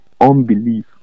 unbelief